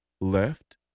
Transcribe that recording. left